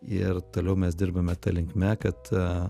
ir toliau mes dirbame ta linkme kad